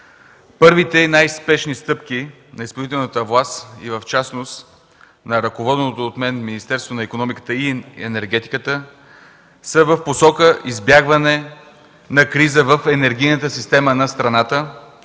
Първите и най-спешни стъпки на изпълнителната власт и в частност на ръководеното от мен Министерство на икономиката и енергетиката са в посока избягване на криза в енергийната система на страната